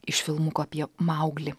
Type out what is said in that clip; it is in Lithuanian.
iš filmuko apie mauglį